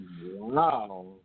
Wow